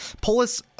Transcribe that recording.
Polis